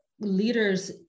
leaders